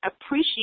appreciate